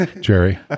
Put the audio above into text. Jerry